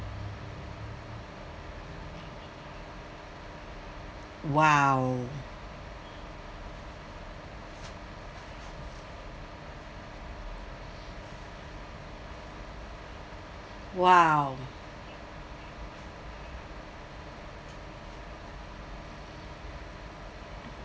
!wow! !wow!